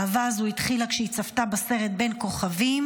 האהבה הזו התחילה כשהיא צפתה בסרט "בין כוכבים".